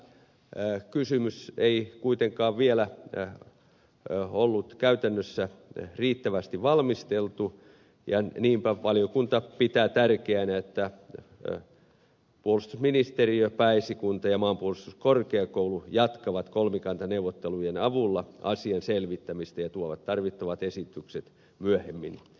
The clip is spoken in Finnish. tätä kysymystä ei kuitenkaan vielä ollut käytännössä riittävästi valmisteltu ja niinpä valiokunta pitää tärkeänä että puolustusministeriö pääesikunta ja maanpuolustuskorkeakoulu jatkavat kolmikantaneuvottelujen avulla asian selvittämistä ja tuovat tarvittavat esitykset myöhemmin eduskuntaan